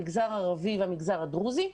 למגזר הערבי ולמגזר הדרוזי.